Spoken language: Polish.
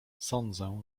sądzę